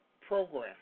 program